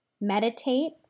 Meditate